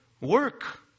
work